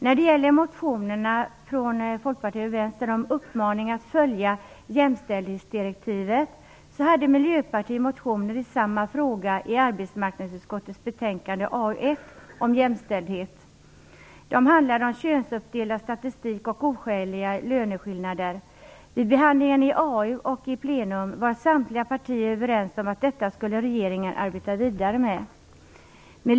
När det gäller motionerna från Folkpartiet och Vänstern med uppmaning att följa jämställdhetsdirektivet vill jag säga att Miljöpartiet hade motioner i den frågan som behandlades i Arbetsmarknadsutskottets betänkande AU1 om jämställdhet. De handlade om könsuppdelad statistik och oskäliga löneskillnader. Vid behandlingen i arbetsmarknadsutskottet och i plenum var samtliga partier överens om att regeringen skulle arbeta vidare med detta.